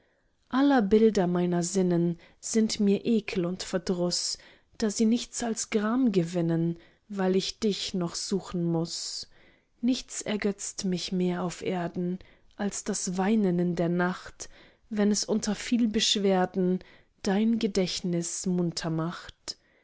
aller bilder meiner sinnen sind mir ekel und verdruß da sie nichts als gram gewinnen weil ich dich noch suchen muß nichts ergötzt mich mehr auf erden als das weinen in der nacht wenn es unter viel beschwerden dein gedächtnis munter macht